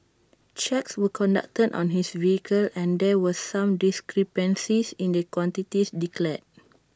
checks were conducted on his vehicle and there were some discrepancies in the quantities declared